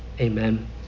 Amen